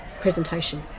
presentation